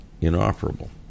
inoperable